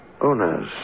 owners